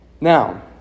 Now